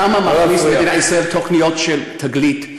כמה מכניסות למדינת ישראל תוכניות של תגלית,